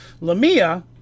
Lamia